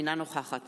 אינה נוכחת